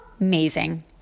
Amazing